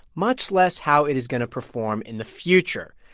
much less how it is going to perform in the future.